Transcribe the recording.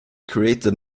created